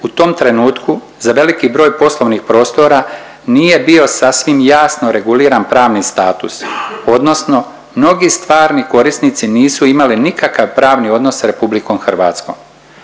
u tom trenutku za veliki broj poslovnih prostora, nije bio sasvim jasno reguliran pravni status odnosno mnogi stvarni korisnici nisu imali nikakav pravni odnos sa RH. Korisnici